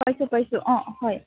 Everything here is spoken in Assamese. পাৰিছোঁ পাৰিছোঁ অঁ হয়